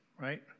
right